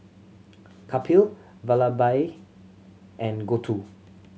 Kapil Vallabhbhai and Gouthu